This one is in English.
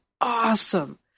awesome